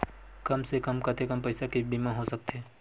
कम से कम कतेकन पईसा के बीमा हो सकथे?